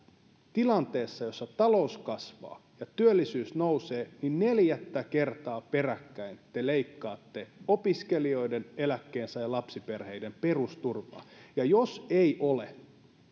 tilanteessa jossa talous kasvaa ja työllisyys nousee neljättä kertaa peräkkäin te leikkaatte opiskelijoiden eläkkeensaajien ja lapsiperheiden perusturvaa ja jos ei ole